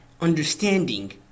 understanding